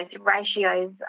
ratios